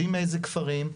יודעים מאיזה כפרים,